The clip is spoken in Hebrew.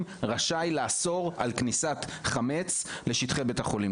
לאסור על כניסת חמץ לשטחי בית החולים.